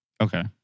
Okay